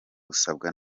gusabwa